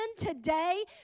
today